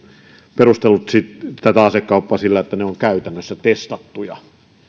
perustellut tätä asekauppaa sillä että ne ovat käytännössä testattuja